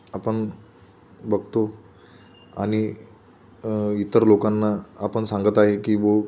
आपण बघतो आणि इतर लोकांना आपण सांगत आहे की बौ